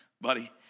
buddy